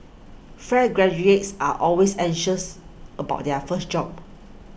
fresh graduates are always anxious about their first job